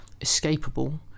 escapable